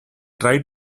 try